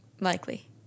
likely